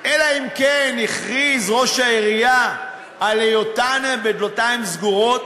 אלא אם כן הכריז ראש העירייה על היותן בדלתיים סגורות,